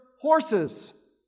horses